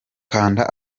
kanda